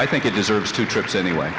i think it deserves two trips anyway